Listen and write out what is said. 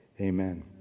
Amen